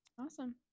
Awesome